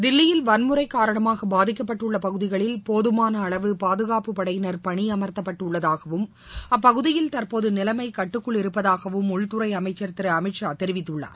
தில்லியில் வன்முறை காரணமாக பாதிக்கப்பட்டுள்ள பகுதிகளில் போதுமாள அளவு பாதுகாப்புப் படையினர் பணியமர்த்தப்பட்டு உள்ளதாகவும் அப்பகுதியில் தற்போது நிலைமம கட்டுக்குள் இருப்பதாகவும் உள்துறை அமைச்சர் திரு அமித் ஷா தெரிவித்துள்ளார்